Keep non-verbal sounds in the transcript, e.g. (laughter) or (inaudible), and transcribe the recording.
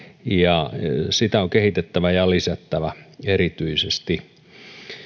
(unintelligible) sitä on kehitettävä ja lisättävä erityisesti